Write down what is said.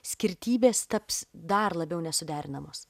skirtybės taps dar labiau nesuderinamos